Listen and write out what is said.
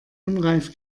unreif